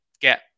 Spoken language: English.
get